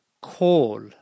call